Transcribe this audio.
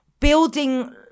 building